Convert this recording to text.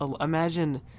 Imagine